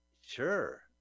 sure